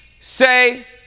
say